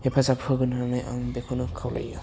हेफाजाब होगोन होननानै आं बेखौनो खावलायो